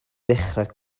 ddechrau